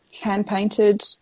hand-painted